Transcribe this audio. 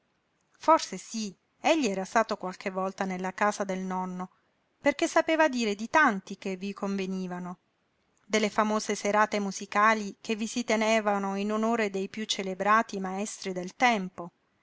forse sí egli era stato qualche volta nella casa del nonno perché sapeva dire di tanti che vi convenivano delle famose serate musicali che vi si tenevano in onore dei piú celebrati maestri del tempo